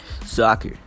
soccer